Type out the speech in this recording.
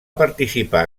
participar